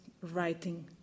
writing